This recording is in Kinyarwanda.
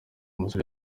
musore